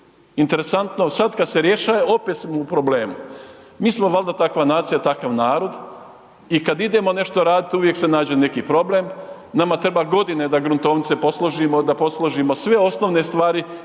Interesantno, sad kad se rješava, opet smo u problemu. Mi smo valjda takva nacija, takav narod i kad idemo nešto raditi, uvijek se nađe neki problem, nama treba godinama da gruntovnice posložimo, da posložimo sve osnovne stvari